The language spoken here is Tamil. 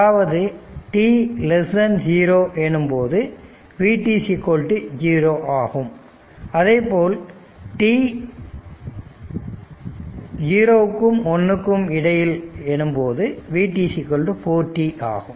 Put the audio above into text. அதாவது t 0 எனும்போது vt 0 ஆகும் அதே போல் 0 t 1 எனும்போது vt 4t ஆகும்